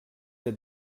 être